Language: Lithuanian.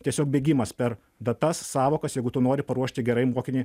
tiesiog bėgimas per datas sąvokas jeigu tu nori paruošti gerai mokinį